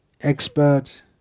expert